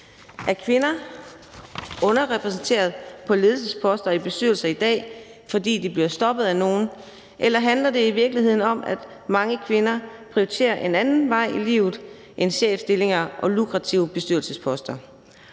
Er kvinder underrepræsenteret på ledelsesposter og i bestyrelser i dag, fordi de bliver stoppet af nogen, eller handler det i virkeligheden om, at mange kvinder prioriterer en anden vej i livet end chefstillinger og lukrative bestyrelsesposter?